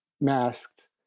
masked